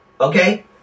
Okay